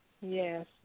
Yes